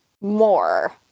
more